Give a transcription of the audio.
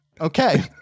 okay